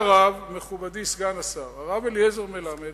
מכובדי סגן השר, הרב אליעזר מלמד